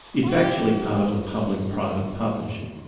it's actually part of a public private partnership.